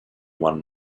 one